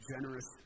generous